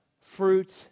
fruit